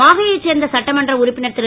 மாஹேயை சேர்ந்த சட்டமன்ற உறுப்பினர் திரு